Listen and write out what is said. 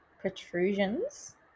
protrusions